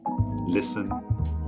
listen